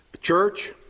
church